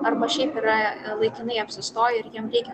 arba šiaip yra laikinai apsistoję ir jiem reikia